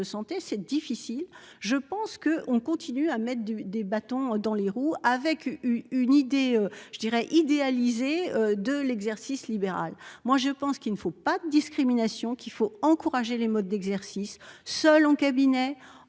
santé, c'est difficile, je pense que on continue à mettre du des bâtons dans les roues avec une idée je dirais idéalisée de l'exercice libéral. Moi je pense qu'il ne faut pas de discrimination, qu'il faut encourager les modes d'exercice seuls en cabinet en